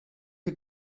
who